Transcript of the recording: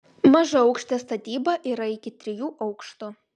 mažaaukštė statyba yra iki trijų aukštų